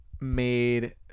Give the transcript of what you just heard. made